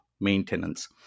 maintenance